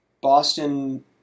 Boston